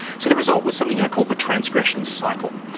so the result was something i call the transgressions cycle.